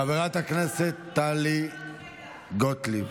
חברת הכנסת טלי גוטליב.